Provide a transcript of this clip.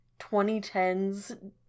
2010s